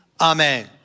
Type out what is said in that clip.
Amen